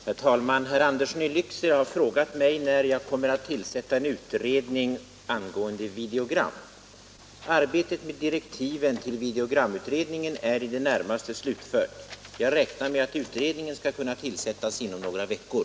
Herr talman! Herr Andersson i Lycksele har frågat mig när jag kommer att tillsätta en utredning angående videogram. Arbetet med direktiven till videogramutredningen är i det närmaste slutfört. Jag räknar med att utredningen skall kunna tillsättas inom några veckor.